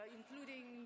including